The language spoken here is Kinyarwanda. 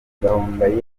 gahongayire